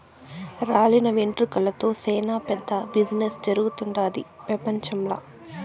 రాలిన వెంట్రుకలతో సేనా పెద్ద బిజినెస్ జరుగుతుండాది పెపంచంల